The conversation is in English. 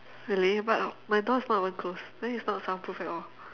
really but my door is not even closed then is not soundproof at all